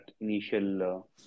initial